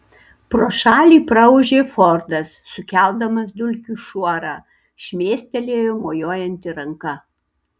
pro šalį praūžė fordas sukeldamas dulkių šuorą šmėstelėjo mojuojanti ranka